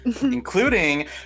including